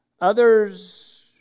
Others